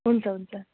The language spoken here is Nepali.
हुन्छ हुन्छ